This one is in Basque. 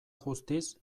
guztiz